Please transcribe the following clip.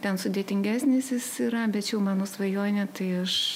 ten sudėtingesnis jis yra bet čia jau mano svajonė tai aš